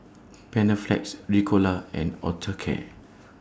Panaflex Ricola and Osteocare